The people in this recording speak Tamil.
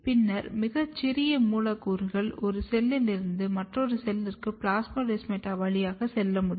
பின்னர் மிகச் சிறிய மூலக்கூறுகள் ஒரு செல்லில் இருந்து மற்றொரு செல்லிற்கு பிளாஸ்மோடெஸ்மாடா வழியாக செல்ல முடியும்